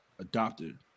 Adopted